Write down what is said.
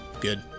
good